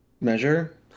measure